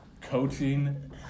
Coaching